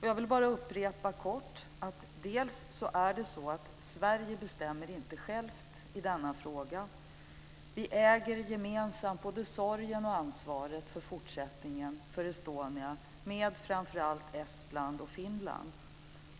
Jag vill bara helt kort upprepa att det bl.a. är så att Sverige inte bestämmer självt i denna fråga. Vi äger gemensamt både sorgen och ansvaret för fortsättningen för Estonia med framför allt Estland och Finland.